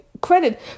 credit